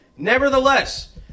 Nevertheless